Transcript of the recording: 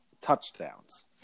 touchdowns